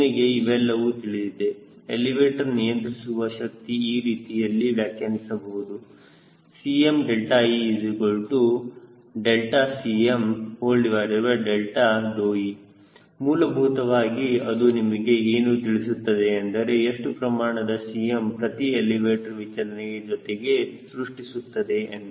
ನಿಮಗೆ ಇವೆಲ್ಲವೂ ತಿಳಿದಿದೆ ಎಲಿವೇಟರ್ ನಿಯಂತ್ರಿಸುವ ಶಕ್ತಿ ಈ ರೀತಿಯಲ್ಲಿ ವ್ಯಾಖ್ಯಾನಿಸಬಹುದು CmeCme ಮೂಲಭೂತವಾಗಿ ಅದು ನಿಮಗೆ ಏನು ತಿಳಿಸುತ್ತದೆ ಎಂದರೆ ಎಷ್ಟು ಪ್ರಮಾಣದ Cm ಪ್ರತಿ ಎಲಿವೇಟರ್ ವಿಚಲನೆಯ ಜೊತೆಗೆ ಸೃಷ್ಟಿಸುತ್ತದೆ ಎಂದು